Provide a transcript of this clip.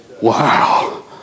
Wow